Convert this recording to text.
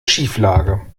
schieflage